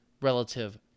relative